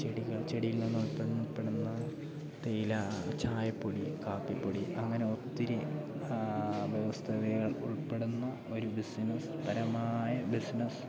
ചെടികൾ ചെടിയിൽ നിന്നുൽപ്പന്ന ഉൾപ്പെടുന്ന തേയില ചായപ്പൊടി കാപ്പിപ്പൊടി അങ്ങനെ ഒത്തിരി വ്യവസ്ഥതകൾ ഉൾപ്പെടുന്നു ഒരു ബിസിനസ്സ് പരമായ ബിസിനസ്സ്